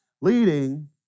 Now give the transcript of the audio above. leading